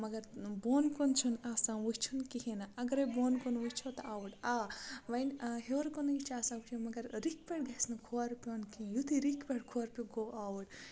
مگر بۄن کُن چھُنہٕ آسان وٕچھُن کِہیٖنۍ نہٕ اَگرَے بۄن کُن وٕچھو تہٕ اَوُر آ وۄنۍ ہیوٚر کُنٕے چھِ آسان وٕچھو مگر رِکھِ پٮ۪ٹھ گژھِ نہٕ کھۄر پیوٚن کِہیٖنۍ یُتھُے رِکھِ پٮ۪ٹھ کھور پیوٚو گوٚو اَوُر